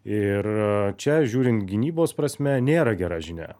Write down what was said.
ir čia žiūrint gynybos prasme nėra gera žinia